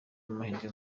amahirwe